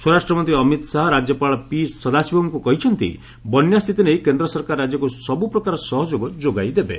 ସ୍ୱରାଷ୍ଟ୍ରମନ୍ତ୍ରୀ ଅମିତ୍ ଶାହା ରାଜ୍ୟପାଳ ପି ସଦାଶିବମ୍ଙ୍କୁ କହିଛନ୍ତି ବନ୍ୟାସ୍ଥିତି ନେଇ କେନ୍ଦ୍ର ସରକାର ରାଜ୍ୟକୁ ସବୁପ୍ରକାର ସହଯୋଗ ଯୋଗାଇ ଦେବେ